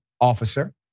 officer